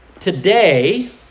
Today